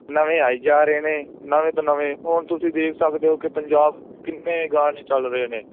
ਨਵੇਂ ਆਈ ਜਾ ਰਹੇ ਨੇ ਨਵੇਂ ਤੋਂ ਨਵੇਂ ਹੁਣ ਤੁਸੀਂ ਦੇਖ ਸਕਦੇ ਹੋ ਕਿ ਪੰਜਾਬ ਕਿੰਨੇ ਗਾਣੇ ਚੱਲ ਰਹੇ ਨੇ